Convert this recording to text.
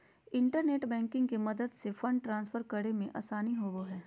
internet banking के मदद से फंड ट्रांसफर करे मे आसानी होवो हय